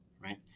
Right